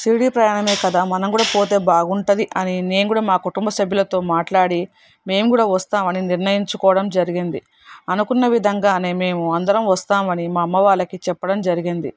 షిరిడి ప్రయాణమే కదా మనం కూడా పోతే బాగుంటుంది అని నేను కూడా మా కుటుంబ సభ్యులతో మాట్లాడి మేము కూడా వస్తాము అని నిర్ణయించుకోవడం జరిగింది అనుకున్న విధంగానే మేము అందరం వస్తాము అని మా అమ్మవాళ్ళకి చెప్పడం జరిగింది